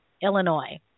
Illinois